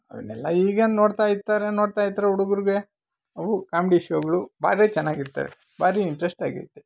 ಅವನ್ನೆಲ್ಲ ಈಗೇನು ನೋಡ್ತಾ ಇರ್ತಾರೆ ನೋಡ್ತಾ ಇತ್ರ ಹುಡುಗರ್ಗೆ ಅವು ಕಾಮ್ಡಿ ಶೋಗಳು ಭಾರೀ ಚೆನ್ನಾಗಿರ್ತವೆ ಭಾರೀ ಇಂಟ್ರೆಸ್ಟಾಗಿರುತ್ತೆ